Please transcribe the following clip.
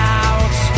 out